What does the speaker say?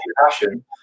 passion